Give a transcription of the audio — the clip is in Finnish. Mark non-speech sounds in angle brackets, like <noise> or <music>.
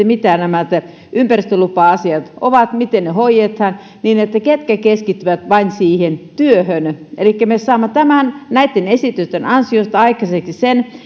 <unintelligible> mitä nämä ympäristölupa asiat ovat miten ne hoidetaan ketkä keskittyvät vain siihen työhön elikkä me saamme näitten esitysten ansiosta aikaiseksi sen